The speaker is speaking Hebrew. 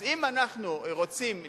אז אם אנחנו רוצים לפטור,